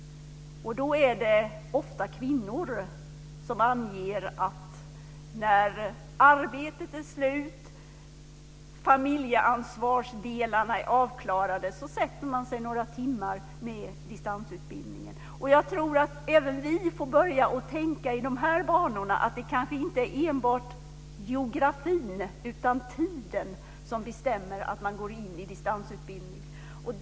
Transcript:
Då är det ofta kvinnor som anger att när arbetet är slut, de delar som rör familjeansvaret är avklarade, sätter de sig några timmar med distansutbildningen. Även vi får börja tänka i de banorna, dvs. att det inte enbart är geografin utan tiden som bestämmer distansutbildningen.